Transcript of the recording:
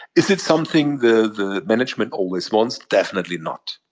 is it something the the management always wants? definitely not.